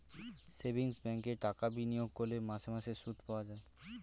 savings ব্যাঙ্কে টাকা বিনিয়োগ করলে মাসে মাসে সুদ পাওয়া যায়